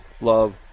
love